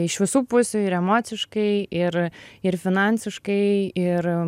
iš visų pusių ir emociškai ir ir finansiškai ir